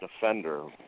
defender